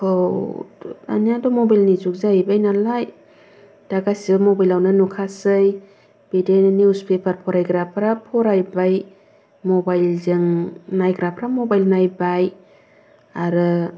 दानियाथ' मबाइलनि जुग जाहैबाय नालाय दा गासिबो मबाइलावनो नुखासै बिदिनो निउस पेपार फरायग्राफ्रा फरायबाय मबाइलजों नायग्राफ्रा मबाइल नायबाय आरो